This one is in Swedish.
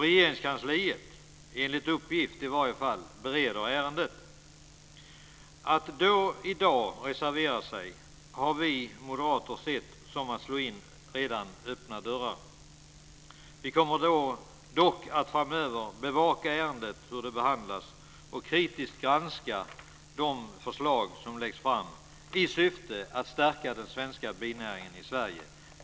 Regeringskansliet bereder ärendet, i alla fall enligt uppgift. Att då i dag reservera oss har vi moderater sett som att slå in redan öppna dörrar. Vi kommer dock framöver att bevaka hur ärendet behandlas och kritiskt granska de förslag som läggs fram i syfte att stärka binäringen i Sverige.